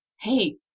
hey